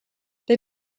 they